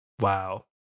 Wow